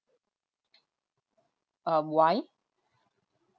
um why